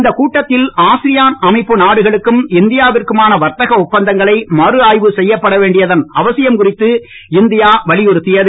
இந்தக் கூட்டத்தில் ஆசியான் அமைப்பு நாடுகளுக்கும் இந்தியாவிற்குமான வர்த்தக ஒப்பந்தங்களை மறுஆய்வு செய்யப்பட வேண்டியதன் அவசியம் குறித்து இந்தியா வலியுறுத்தியது